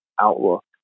outlook